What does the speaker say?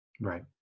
Right